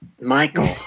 Michael